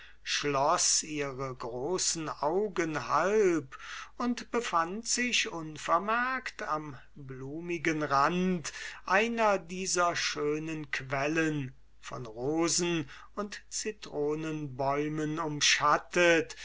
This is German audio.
schloß ihre großen augen halb und befand sich unvermerkt am blumichten rand einer dieser schönen quellen von rosen und zitronenbäumen umschattet